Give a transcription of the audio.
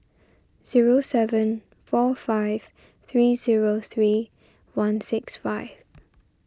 zero seven four five three zero three one six five